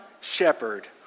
shepherd